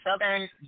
southern